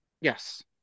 Yes